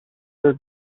that